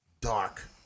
dark